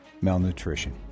malnutrition